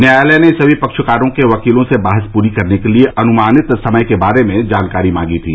न्यायालय ने सभी पक्षकारों के वकीलों से बहस पूरी करने के लिये अनुमानित समय के बारे में जानकारी मांगी थी